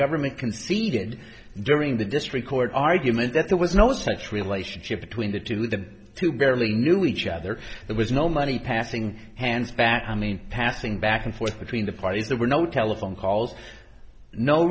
government conceded during the district court argument that there was no such relationship between the two the two barely knew each other there was no money passing hands back i mean passing back and forth between the parties there were no telephone calls no